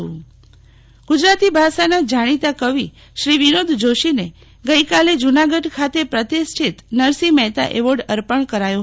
શિતલ વૈશ્નવ વિનોદ જોષીને એવોર્ડ ગુજરાતી ભાષાના જાણીતા કવિ શ્રી વિનોદ જોશીને ગઈકાલે જૂનાગઢ ખાતે પ્રતિષ્ઠિત નરસિંહ મહેતા એવોર્ડ અર્પણ કરાયો